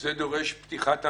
אבל זה דורש פתיחת משפט,